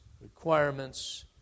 requirements